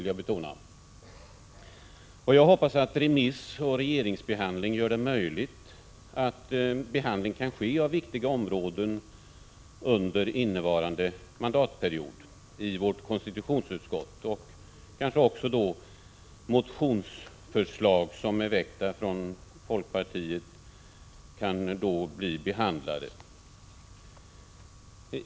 Jag hoppas att remissoch regeringsbehandling gör det möjligt att behandla viktiga områden under innevarande mandatperiod i vårt konstitutionsutskott. Då kanske också motionsförslag som är väckta från folkpartiet kan bli behandlade.